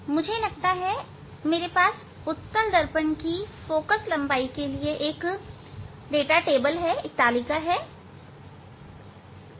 मुझे लगता है कि मेरे पास उत्तल दर्पण के फोकल लंबाई के लिए एक डाटा तालिका है